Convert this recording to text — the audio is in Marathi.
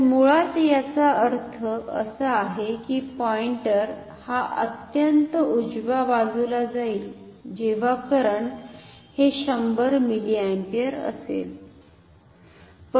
तर मुळात याचा अर्थ असा आहे की पॉइंटर हा अत्यंत उजव्या बाजूला जाईल जेव्हा करंट हे 100 मिलीअँपिअर असेल